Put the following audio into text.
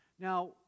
Now